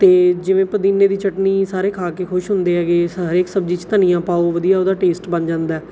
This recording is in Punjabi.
ਅਤੇ ਜਿਵੇਂ ਪੁਦੀਨੇ ਦੀ ਚਟਨੀ ਸਾਰੇ ਖਾ ਕੇ ਖੁਸ਼ ਹੁੰਦੇ ਹੈਗੇ ਹਰੇਕ ਸਬਜ਼ੀ 'ਚ ਧਨੀਆਂ ਪਾਓ ਵਧੀਆ ਉਹਦਾ ਟੇਸਟ ਬਣ ਜਾਂਦਾ